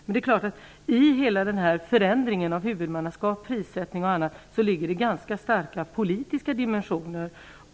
Men det är klart att det i hela denna förändring av huvudmannaskap, prissättning och annat finns ganska påtagliga politiska dimensioner.